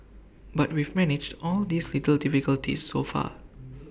but we've managed all these little difficulties so far